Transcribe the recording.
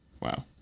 Wow